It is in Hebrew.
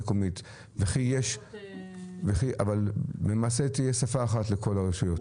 אבל למעשה תהיה שפה אחת לכל הרשויות?